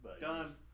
done